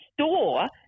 store